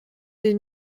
des